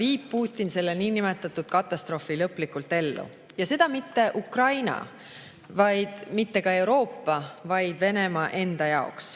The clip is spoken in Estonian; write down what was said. viib Putin selle niinimetatud katastroofi lõplikult ellu. Ja seda mitte Ukraina, mitte Euroopa, vaid Venemaa enda jaoks.